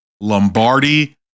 Lombardi